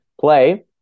play